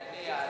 כשאני אעלה,